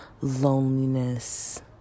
loneliness